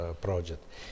project